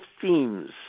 themes